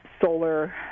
solar